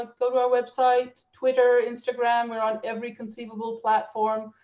go to our website, twitter, instagram. we're on every conceivable platform.